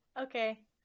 okay